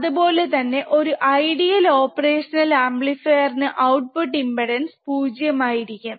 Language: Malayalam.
അത്പോലെ തന്നെ ഒരു ഐഡിയൽ ഓപ്പറേഷണൽ അമ്പ്ലിഫീർന് ഔട്ട്പുട് ഇമ്പ്പെടാൻസ് 0 ആയിരിക്കും